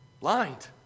blind